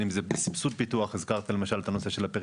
בסבסוד פיתוח - הזכרת למשל את הנושא של הפיתוח